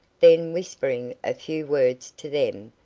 then, whispering a few words to them,